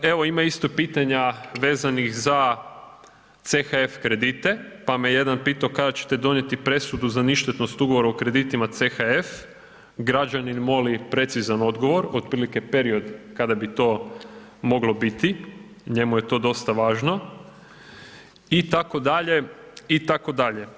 Evo ima isto pitanja vezano za CHF kredite, pa me jedan pitao kada ćete donijeti presudu za ništetnost ugovora o kreditima CHF, građanin moli precizan odgovor otprilike period kada bi to moglo biti, njemu je to dosta važno, itd., itd.